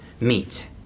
meet